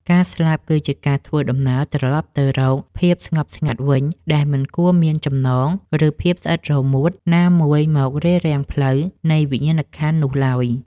ការស្លាប់ គឺជាការធ្វើដំណើរត្រឡប់ទៅរកភាពស្ងប់ស្ងាត់វិញដែលមិនគួរមានចំណង ឬភាពស្អិតរមួតណាមួយមករារាំងផ្លូវនៃវិញ្ញាណក្ខន្ធនោះឡើយ។